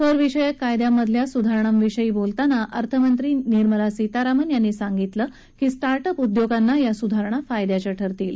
करविषयक कायद्यांमधल्या सुधारणा विषयी बोलताना अर्थमंत्री निर्मला सीतारामन यांनी सांगितलं की स्टार्टअप उद्योगांना या सुधारणा फायद्याच्या ठरतील